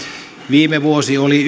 viime vuosi oli